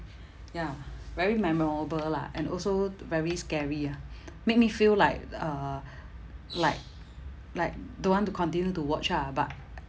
ya very memorable lah and also very scary ah make me feel like uh like like don't want to continue to watch ah but